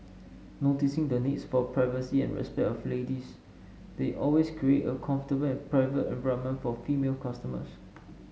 noticing the needs for privacy and respect of ladies they always create a comfortable and private environment for female customers